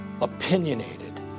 opinionated